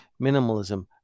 minimalism